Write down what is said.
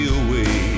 away